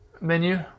menu